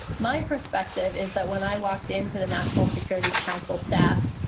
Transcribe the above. my perspective is that when i walked into the national security council staff,